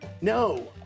No